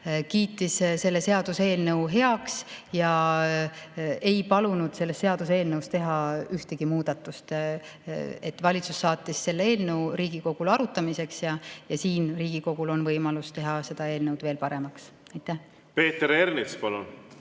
kiitis selle seaduseelnõu heaks ja ei palunud selles seaduseelnõus teha ühtegi muudatust. Valitsus saatis selle eelnõu Riigikogule arutamiseks ja Riigikogul on siin võimalus teha seda eelnõu veel paremaks. Aitäh!